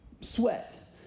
sweat